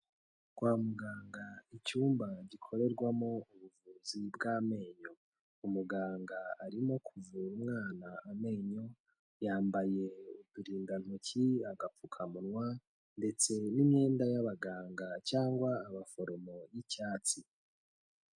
Kwa muganga icyumba gikorerwamo ubuvuzi bw'amenyo. Umuganga arimo kuvura umwana amenyo, yambaye uturindantoki, agapfukamunwa ndetse n'imyenda y'abaganga cyangwa abaforomo y'icyatsi.